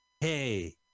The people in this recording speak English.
Hey